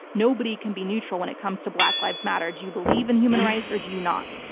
nobody can be neutral when it comes to black lives matter. do you believe in human rights or do you not?